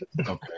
Okay